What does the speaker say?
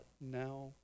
now